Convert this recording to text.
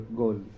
goal